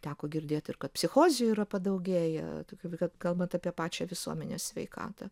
teko girdėt ir kad psichozių yra padaugėję tokių ka kalbant apie pačią visuomenės sveikatą